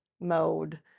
mode